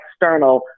external